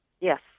Yes